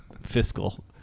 fiscal